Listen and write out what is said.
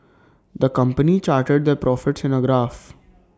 the company charted their profits in A graph